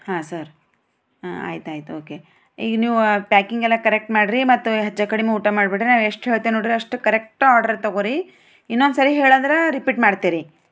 ಹಾಂ ಸರ್ ಹಾಂ ಆಯ್ತು ಆಯ್ತು ಓಕೇ ಈಗ ನೀವು ಪ್ಯಾಕಿಂಗೆಲ್ಲಾ ಕರೆಕ್ಟ್ ಮಾಡಿ ರಿ ಮತ್ತೆ ಹೆಚ್ಚು ಕಡಿಮೆ ಊಟ ಮಾಡಬ್ಯಾಡ ರಿ ನಾ ಎಷ್ಟು ಹೇಳ್ತೇನ ನೋಡಿರಿ ಅಷ್ಟು ಕರೆಕ್ಟು ಆರ್ಡರ್ ತೊಗೋ ರಿ ಇನ್ನೊಂದು ಸರಿ ಹೇಳದ್ರ ರಿಪೀಟ್ ಮಾಡ್ತೆ ರಿ